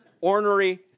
ornery